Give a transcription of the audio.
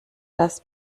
das